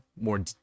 more